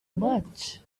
much